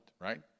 right